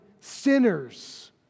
sinners